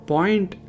Point